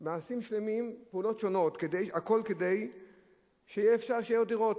מעשים שלמים, פעולות שונות, הכול כדי שיהיו דירות.